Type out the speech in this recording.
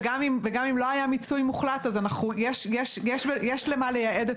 וגם אם לא היה מיצוי מוחלט אז יש למה לייעד את